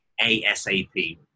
ASAP